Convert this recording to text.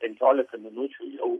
penkiolika minučių jau